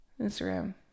instagram